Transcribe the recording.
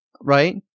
right